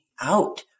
out